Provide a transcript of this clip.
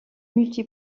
multi